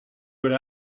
would